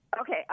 Okay